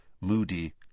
Moody